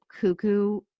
cuckoo